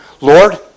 Lord